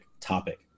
topic